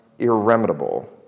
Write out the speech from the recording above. irremediable